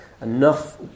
enough